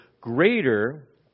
greater